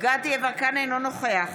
אינו נוכח